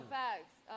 facts